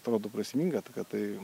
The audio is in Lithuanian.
atrodo prasminga tai kad tai